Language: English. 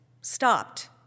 stopped